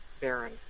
baron